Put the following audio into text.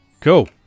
Cool